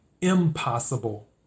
impossible